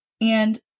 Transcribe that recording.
and-